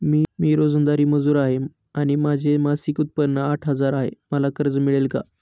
मी रोजंदारी मजूर आहे आणि माझे मासिक उत्त्पन्न आठ हजार आहे, मला कर्ज मिळेल का?